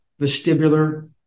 vestibular